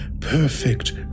perfect